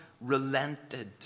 relented